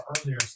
earlier